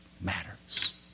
matters